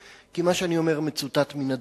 כי מה שאני אומר מצוטט מן הדוח.